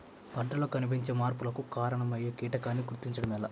పంటలలో కనిపించే మార్పులకు కారణమయ్యే కీటకాన్ని గుర్తుంచటం ఎలా?